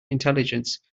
intelligence